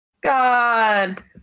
God